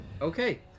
Okay